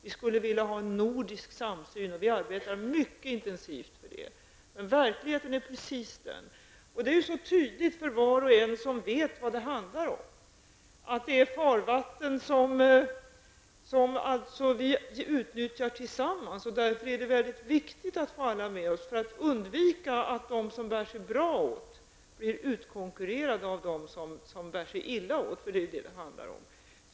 Vi skulle vilja ha en nordisk samsyn, och vi arbetar mycket intensivt för det. Men verkligheten är sådan. Det är så tydligt för var och en som vet vad det handlar om att det är fråga om farvatten som vi utnyttjar tillsammans. Det är mycket viktigt att vi får alla med oss för att undvika att de som bär sig bra åt blir utkonkurrerade av dem som bär sig illa åt. Det är ju detta det handlar om.